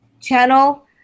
channel